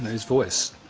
his voice,